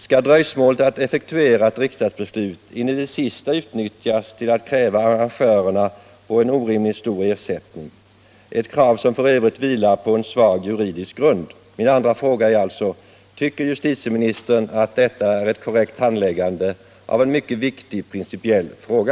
Skall dröjsmålet med att effektuera ett riksdagsbeslut in i det sista utnyttjas till att kräva arrangörerna på en orimligt stor ersättning? Det gäller ett krav som för övrigt vilar på en svag juridisk grund. Min andra fråga är alltså: Tycker justitieministern att detta är ett korrekt handläggande av en mycket viktig principiell fråga?